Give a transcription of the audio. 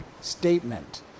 statement